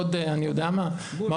עוד אני יודע מה עושים?